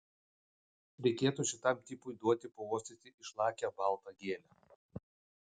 reikėtų šitam tipui duoti pauostyti išlakią baltą gėlę